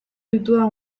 ditudan